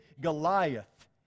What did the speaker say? Goliath